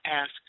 ask